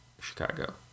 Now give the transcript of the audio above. Chicago